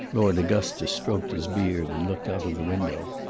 lord augustus stroked his beard and looked out of the window.